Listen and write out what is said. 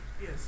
Yes